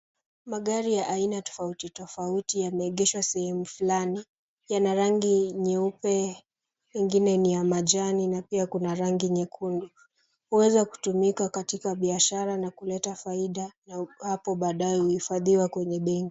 Magari ya aina tofauti tofauti yameegeshwa sehemu fulani. Yana rangi nyeupe nyingine ni ya majani na pia kuna rangi nyekundu. Uweza kutumika katika biashara na kuleta faida hapo baadaye uhifadhiwa kwenye bei.